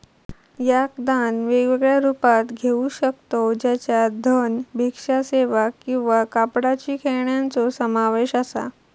याक दान वेगवेगळ्या रुपात घेऊ शकतव ज्याच्यात धन, भिक्षा सेवा किंवा कापडाची खेळण्यांचो समावेश असा